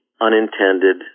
unintended